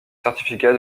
certificat